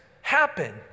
happen